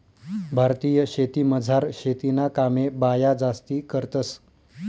भारतीय शेतीमझार शेतीना कामे बाया जास्ती करतंस